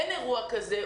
אין אירוע כזה,